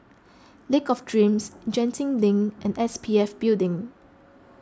Lake of Dreams Genting Link and S P F Building